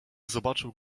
zobaczył